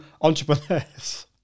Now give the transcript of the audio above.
entrepreneurs